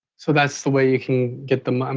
so that's the way you can get them. um